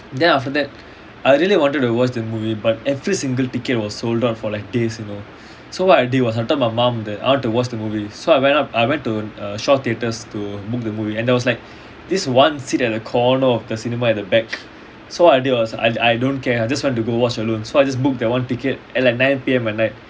then after that I really wanted to watch the movie but every single ticket was sold out for like days you know so what I did was I told my mum that I want to watch the movie so I went up I went to uh shaw theatres to book the movie and there was like this [one] sit at a corner of the cinema at the back so what I did was I I don't care I just want to go watch alone so I just go book that one ticket at like nine P_M at night